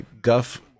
guff